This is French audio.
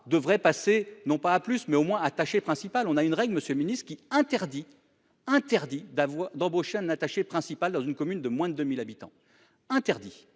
devrait passer non pas plus mais au moins attachée principale. On a une règle, Monsieur le Ministre qui interdit, interdit d'avoir d'embaucher un attaché principale dans une commune de moins de 1000 habitants interdit,